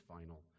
final